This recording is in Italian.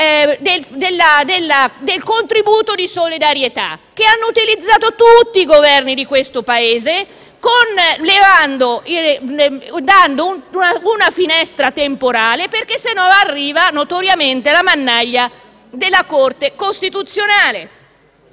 del contributo di solidarietà che hanno utilizzato tutti i Governi di questo Paese, prevedendo una finestra temporale perché altrimenti arriva la mannaia della Corte costituzionale.